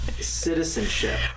citizenship